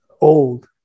old